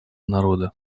народа